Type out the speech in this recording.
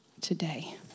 today